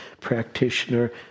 practitioner